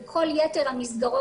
בכל יתר המסגרות,